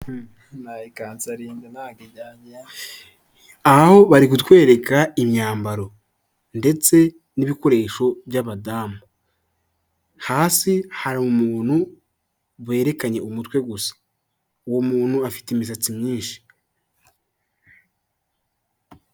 Inoti z'amafaranga ya rimwe y'Amashinwa hariho isura y'umuntu n'amagambo yo mu gishinwa n'imibare isanzwe.